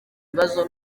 ibibazo